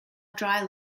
dry